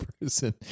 person